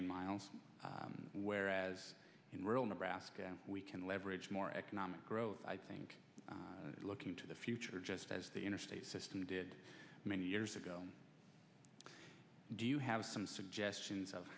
way miles whereas in rural nebraska we can leverage more economic growth i think looking to the future just as the interstate system did many years ago do you have some suggestions of